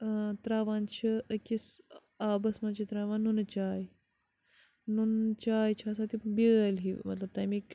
ترٛاوان چھِ أکِس آبَس منٛز چھِ ترٛاوان نُنہٕ چاے نُن چاے چھِ آسان تِم بیٲلۍ ہِوۍ مطلب تَمِک